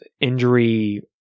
injury